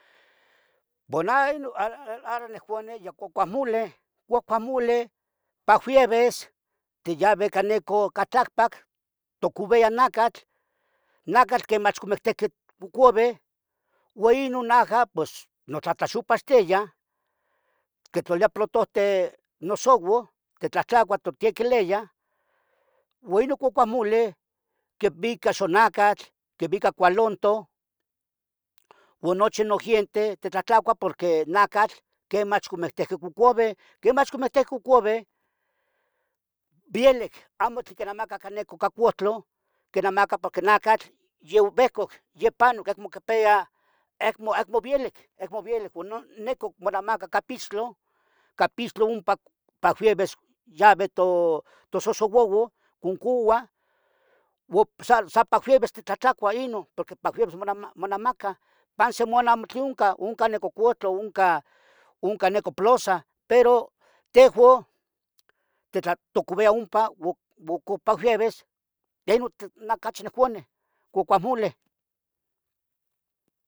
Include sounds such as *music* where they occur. *hesitation* Guacamoleh tagueves tiaueh ompa tlacpac tocoviah nacatl, nacatl que mach oquimihtehqueh cuapoveh uan Inon nacatl pos notlatlaxopaxtia quitlolia platohten nosouau titlahtlacuah notequeleyah uo inon uicamoleh quivica xonacatl, quivica coalantoh. Uo nohi nogienteh titlahtlacuah porque nacatl quemach comictiqueh cocoveh, quemach comictiqueh, cuapoveh vielic amo tlen conamacah cah cohtlah quinamacah porque nacatl yovehcoc, yopanoc, acmo quipeya, acmo vielic. Nicoh monamaca capixtlah, capixtla ompa laleves yaveh tosohsououan concouah sa tlalis titlahtlacuah Inon, tlailivis monamaca pan semana amotli oncan nococohtla oncan nicah plusah, pero tehuan titlatocovia ompa tlaliuis *hesitation* nah ocachi nicuah guaca moleh.